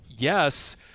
yes